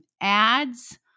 ads